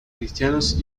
cristianos